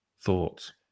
Thoughts